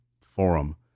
forum